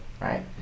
right